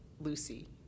Lucy